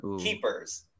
keepers